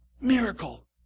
miracle